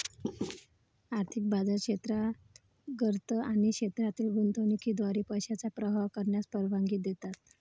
आर्थिक बाजार क्षेत्रांतर्गत आणि क्षेत्रातील गुंतवणुकीद्वारे पैशांचा प्रवाह करण्यास परवानगी देतात